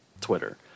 Twitter